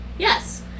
Yes